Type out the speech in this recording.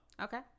Okay